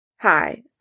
Hi